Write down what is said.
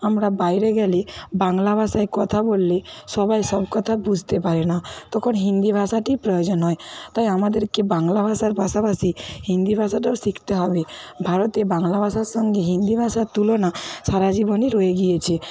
আমরা বাইরে গেলে বাংলা ভাষায় কথা বললে সবাই সব কথা বুঝতে পারে না তখন হিন্দি ভাষাটির প্রয়োজন হয় তাই আমাদেরকে বাংলা ভাষার পাশাপাশি হিন্দি ভাষাটাও শিখতে হবে ভারতে বাংলা ভাষার সঙ্গে হিন্দি ভাষার তুলনা সারা জীবনই রয়ে গিয়েছে